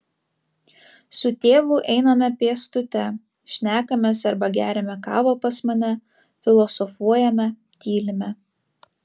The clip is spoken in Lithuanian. su tėvu einame pėstute šnekamės arba geriame kavą pas mane filosofuojame tylime